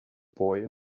boy